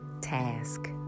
task